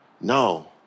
No